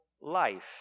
life